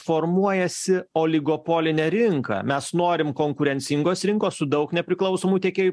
formuojasi oligopolinę rinką mes norim konkurencingos rinkos su daug nepriklausomų tiekėjų